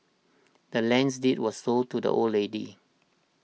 the land's deed was sold to the old lady